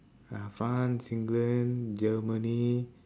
uh france england germany